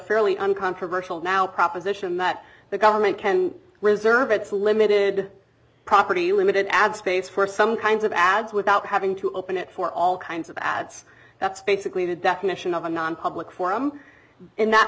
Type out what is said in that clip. fairly uncontroversial now proposition that the government can reserve its limited property limited ad space for some kinds of ads without having to open it for all kinds of ads that's basically the definition of a nonpublic forum and that